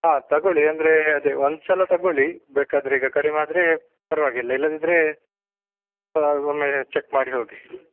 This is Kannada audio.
ಹಾಂ ತಗೊಳ್ಳಿ ಅಂದರೆ ಅದೇ ಒಂದು ಸಲ ತಗೊಳ್ಳಿ ಬೇಕಾದರೆ ಈಗ ಕಡಿಮೆ ಆದರೆ ಪರ್ವಾಗಿಲ್ಲ ಇಲ್ಲದಿದ್ದರೆ ಒಮ್ಮೆ ಚೆಕ್ ಮಾಡಿ ಹೋಗಿ